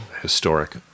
historic